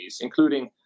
including